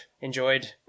enjoyed